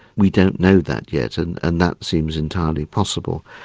we don't know that yet and and that seems entirely possible.